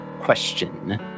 question